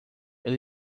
ele